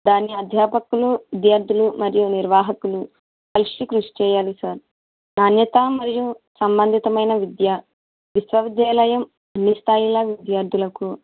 దాని అధ్యాపకులు విద్యార్థులు మరియు నిర్వాహకులు కలిసి కృషి చేయాలి సార్ నాణ్యత మరియు సంబంధితమైన విద్య విశ్వవిద్యాలయం క్రింది స్థాయిల విద్యార్థులకు